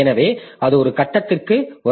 எனவே அது ஒரு கட்டத்திற்கு வரும்